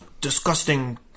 disgusting